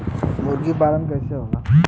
मुर्गी पालन कैसे होला?